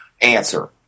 answer